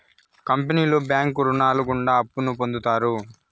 కంపెనీలో బ్యాంకు రుణాలు గుండా అప్పును పొందుతారు